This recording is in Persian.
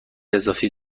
اضافی